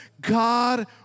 God